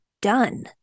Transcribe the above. done